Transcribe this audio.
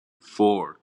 four